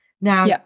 Now